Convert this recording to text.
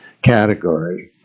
category